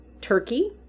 turkey